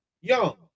young